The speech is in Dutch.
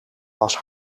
was